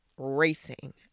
racing